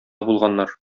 булганнар